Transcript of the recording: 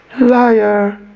liar